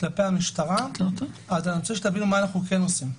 כלפי המשטרה, אני רוצה שתבינו מה אנחנו כן עושים,